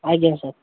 ଆଜ୍ଞା ସାର୍